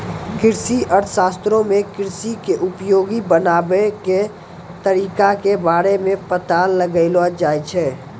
कृषि अर्थशास्त्रो मे कृषि के उपयोगी बनाबै के तरिका के बारे मे पता लगैलो जाय छै